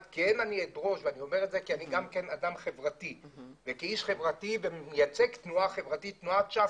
כאיש חברתי וכמייצג תנועת ש"ס,